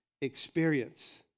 experience